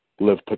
live